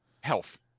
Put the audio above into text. Health